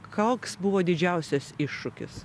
koks buvo didžiausias iššūkis